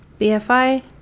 BFI